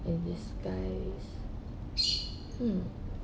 in disguise hmm